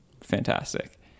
fantastic